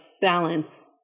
balance